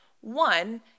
One